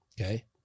okay